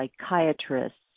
psychiatrists